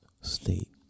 state